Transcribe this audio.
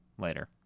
later